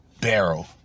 barrel